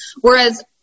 Whereas